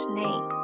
name